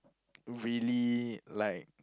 really like